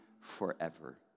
forever